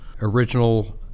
Original